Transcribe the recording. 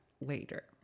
later